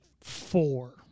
four